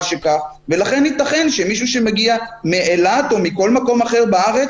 שכך ולכן ייתכן שמישהו שמגיע מאילת או מכל מקום אחר בארץ